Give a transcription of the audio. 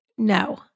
No